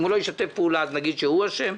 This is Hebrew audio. אם הוא לא ישתף פעולה אז נגיד שהוא אשם.